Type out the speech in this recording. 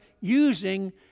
using